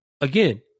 Again